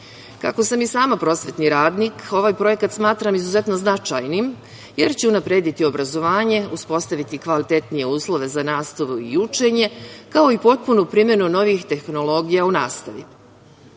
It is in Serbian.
Kako sam i sama prosvetni radnik ovaj projekat smatram izuzetno značajnim jer će unaprediti obrazovanje, uspostaviti kvalitetnije uslove za nastavu i učenje, kao i potpunu primenu novih tehnologija u nastavi.